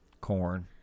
corn